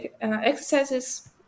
exercises